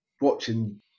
watching